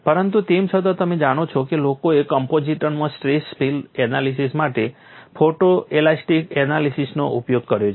પરંતુ તેમ છતાં તમે જાણો છો કે લોકોએ કમ્પોઝિટ્સમાં સ્ટ્રેસ ફિલ્ડ એનાલિસીસ માટે ફોટોએલાસ્ટિક એનાલિસીસનો ઉપયોગ કર્યો છે